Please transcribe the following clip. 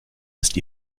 ist